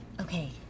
Okay